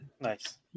Nice